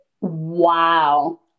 Wow